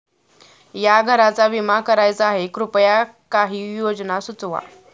या घराचा विमा करायचा आहे कृपया काही योजना सुचवा